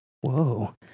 Whoa